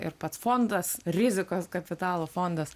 ir pats fondas rizikos kapitalo fondas